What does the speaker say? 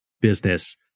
business